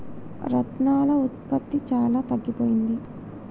రత్నాల ఉత్పత్తి చాలా తగ్గిపోయింది